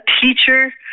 teacher